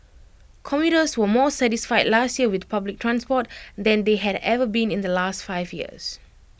commuters were more satisfied last year with public transport than they had ever been in the last five years